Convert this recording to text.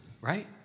right